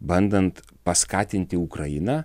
bandant paskatinti ukrainą